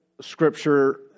Scripture